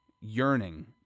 yearning